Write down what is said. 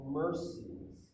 mercies